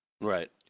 Right